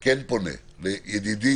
כן פונה לידידי